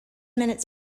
minutes